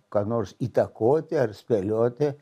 ką nors įtakoti ar spėlioti